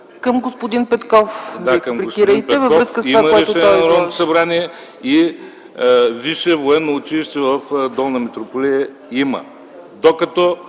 Към господин Петков репликирайте във връзка с това, което той